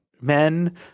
men